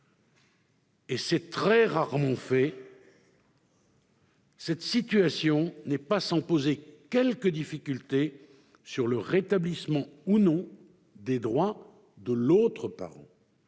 ce n'est que très rarement fait. Cette situation n'est d'ailleurs pas sans poser quelques difficultés quant au rétablissement ou non des droits de l'autre parent